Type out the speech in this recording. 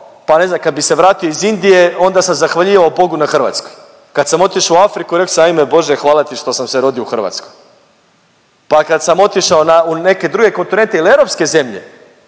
pa ne znam kad bi se vratio iz Indije onda sam zahvaljivao Bogu na Hrvatskoj, kad sam otišao u Afriku i rekao sam ajme Bože hvala ti što sam se rodio u Hrvatskoj, pa kad sam otišao u neki drugi kontinent ili u europske zemlje,